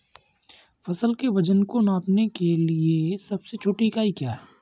फसल के वजन को नापने के लिए सबसे छोटी इकाई क्या है?